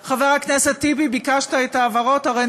ולא הועלה עוד על-ידי אלא הועלה על-ידי אחרים